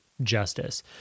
justice